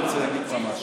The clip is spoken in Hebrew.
אני רוצה להגיד לך משהו.